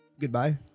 Goodbye